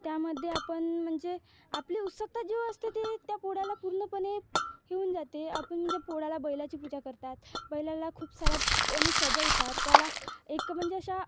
त्यामध्ये आपण म्हणजे आपली उत्सुकता जी असते ती त्या पोळ्याला पूर्णपणे होऊन जाते आपण म्हणजे पोळ्याला बैलाची पूजा करतात बैलाला खूप साऱ्या याने सजवतात त्याला एक म्हणजे अशा